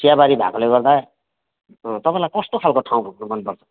चियाबारी भएकोले गर्दा अँ तपाईँलाई कस्तो खालको ठाउँ घुम्नु मनपर्छ